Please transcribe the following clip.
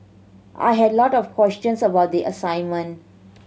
I had a lot of questions about the assignment